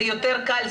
זה יותר קל,